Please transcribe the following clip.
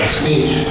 speech